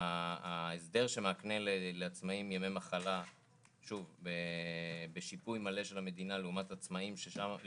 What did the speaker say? ההסדר שמקנה לעצמאים ימי מחלה בשיפוי מלא של המדינה לעומת שכירים,